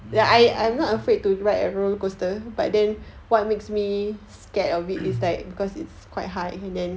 mm